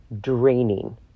draining